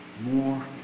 more